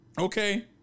Okay